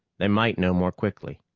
they might know more quickly.